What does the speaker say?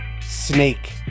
snake